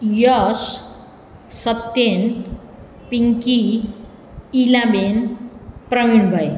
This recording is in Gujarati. યશ સપ્તેન પિંકી ઇલાબેન પ્રવીણભાઈ